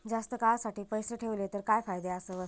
जास्त काळासाठी पैसे ठेवले तर काय फायदे आसत?